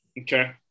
Okay